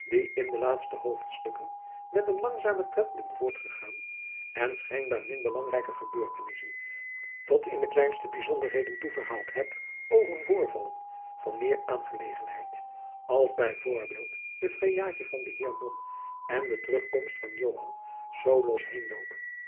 in de laatste hoofdstukken met een langzamen tred ben voortgegaan en schijnbaar min belangrijke gebeurtenissen tot in de kleinste bijzonderheden toe verhaald heb over voorvallen van meer aangelegenheid als b v de vrijaadje van den heer mom en de terugkomst van joan zoo los heen loop